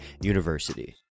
university